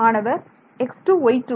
மாணவர் x2 y2